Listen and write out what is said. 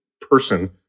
person